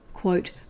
Quote